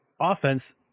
offense